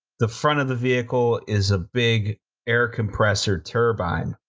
the front of the vehicle is a big air compressor turbine.